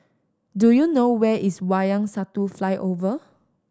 do you know where is Wayang Satu Flyover